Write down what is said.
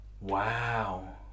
Wow